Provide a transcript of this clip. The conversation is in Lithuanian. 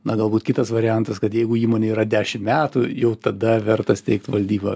na galbūt kitas variantas kad jeigu įmonė yra dešim metų jau tada verta steigt valdybą